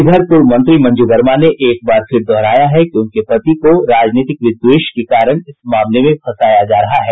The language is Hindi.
इधर पूर्व मंत्री मंजू वर्मा ने एकबार फिर दोहराया है कि उनके पति को राजनीतिक विद्वेष के कारण इस मामले में फंसाया जा रहा है